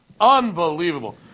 unbelievable